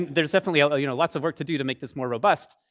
there's definitely you know lots of work to do to make this more robust.